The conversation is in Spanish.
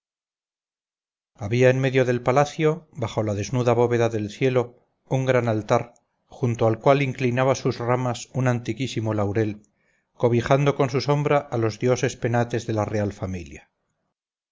había en medio del palacio bajo la desnuda bóveda del cielo un gran altar junto al cual inclinaba sus ramas un antiquísimo laurel cobijando con su sombra a los dioses penates de la real familia